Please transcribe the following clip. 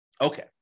Okay